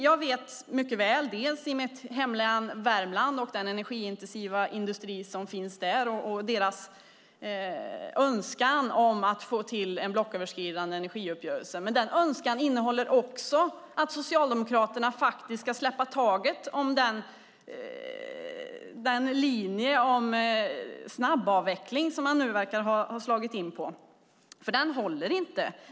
Jag vet mycket väl att den energiintensiva industrin i mitt hemlän Värmland har en önskan om att få till en blocköverskridande energiuppgörelse, men denna önskan innehåller också att Socialdemokraterna ska släppa taget om den linje om snabbavveckling som man nu verkar ha slagit in på. Den håller inte.